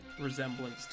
resemblance